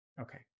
Okay